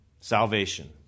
Salvation